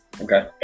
Okay